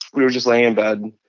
we were just laying in bed,